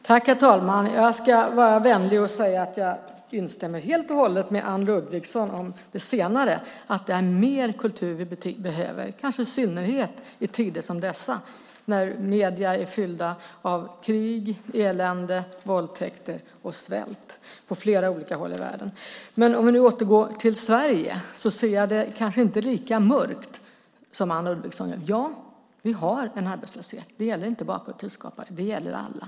Herr talman! Jag ska vara vänlig och säga att jag instämmer helt och hållet med Anne Ludvigsson om det senare, nämligen att vi behöver mer kultur, kanske i synnerhet i tider som dessa när medierna är fyllda av krig, elände, våldtäkter och svält på flera håll i världen. Låt oss återgå till Sverige. Jag ser det inte lika mörkt som Anne Ludvigsson. Ja, vi har en arbetslöshet. Det gäller inte bara kulturskapare utan det gäller alla.